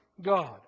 God